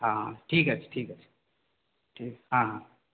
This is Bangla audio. হ্যাঁ ঠিক আছে ঠিক আছে ঠিক হ্যাঁ হ্যাঁ